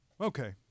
Okay